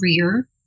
career